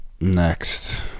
Next